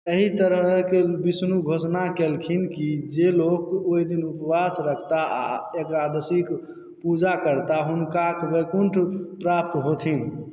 एहि तरहके विष्णु घोषणा केलखिन कि जे लोक ओहि दिन उपवास रखता आ एकादशीक पूजा करता हुनका बैकुण्ठ प्राप्त होयथिन